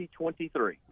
2023